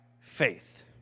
faith